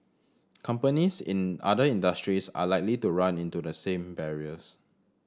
companies in other industries are likely to run into the same barriers